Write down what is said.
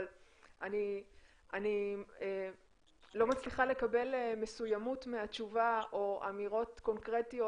אבל אני לא מצליחה לקבל מסוימוּת מהתשובה או אמירות קונקרטיות